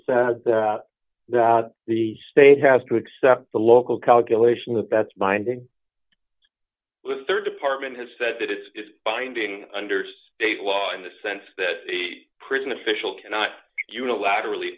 say that the state has to accept the local calculation that that's binding with rd department has said that it is binding understate law in the sense that the prison official cannot unilaterally